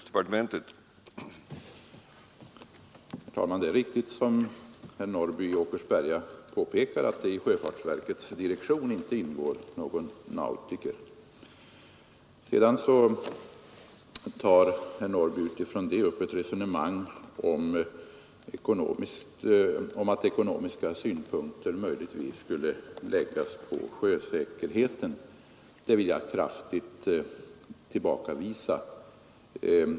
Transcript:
Herr talman! Det är riktigt som herr Norrby i Åkersberga påpekar att det i sjöfartsverkets direktion inte ingår någon nautiker. Sedan tar herr Norrby med utgångspunkt häri upp ett resonemang om att ekonomiska synpunkter möjligtvis skulle läggas på sjösäkerheten. Ett sådant påstående vill jag kraftigt tillbakavisa.